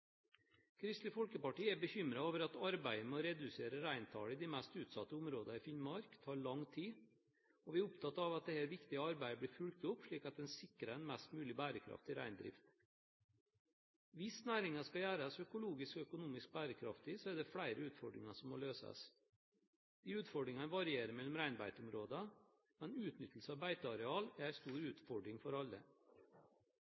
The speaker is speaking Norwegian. Kristelig Folkeparti er bekymret over at arbeidet med å redusere reintallet i de mest utsatte områdene i Finnmark tar lang tid, og vi er opptatt av at dette viktige arbeidet blir fulgt opp, slik at en sikrer en mest mulig bærekraftig reindrift. Hvis næringen skal gjøres økologisk og økonomisk bærekraftig, er det flere utfordringer som må løses. Disse utfordringene varierer mellom reinbeiteområdene, men utnyttelse av beitearealer er en stor